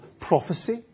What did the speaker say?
prophecy